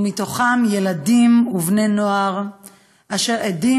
ובתוכם ילדים ובני נוער אשר עדים